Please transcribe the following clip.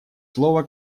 слово